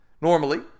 normally